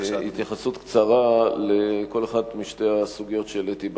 קצרה לכל אחת משתי הסוגיות שהעליתי.